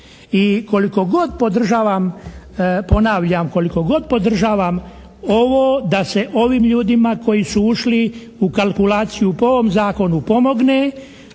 I koliko god podržavam, ponavljam koliko god podržavam ovo da se ovim ljudima koji su ušli u kalkulaciju po ovom Zakonu pomogne